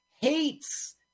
hates